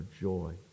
joy